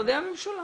ממשרדי הממשלה